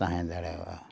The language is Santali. ᱛᱟᱦᱮᱸ ᱫᱟᱲᱮᱭᱟᱜᱼᱟ